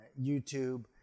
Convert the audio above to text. YouTube